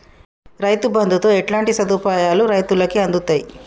రైతు బంధుతో ఎట్లాంటి సదుపాయాలు రైతులకి అందుతయి?